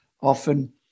Often